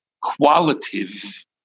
qualitative